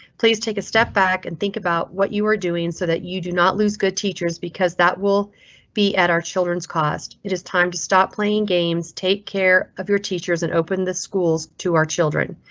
please take a step back and think about what you were doing so that you do not lose good teachers because that will be at our children's cost. it is time to stop playing games, take care of your teachers and open the schools to our children.